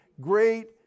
great